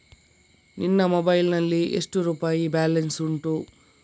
ನಿನ್ನ ಮೊಬೈಲ್ ನಲ್ಲಿ ಎಷ್ಟು ರುಪಾಯಿ ಬ್ಯಾಲೆನ್ಸ್ ಉಂಟು?